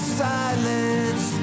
silence